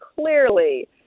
clearly